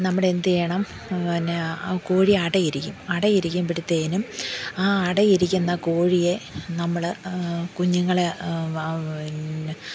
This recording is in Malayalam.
നമ്മൾ എന്ത് ചെയ്യണം പിന്നെ ആ കോഴി അടയിരിക്കും അടയിരിക്കുമ്പോഴുത്തേക്കും ആ അടയിരിക്കുന്ന കോഴിയെ നമ്മൾ കുഞ്ഞുങ്ങളെ